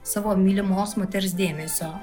savo mylimos moters dėmesio